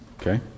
Okay